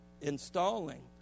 installing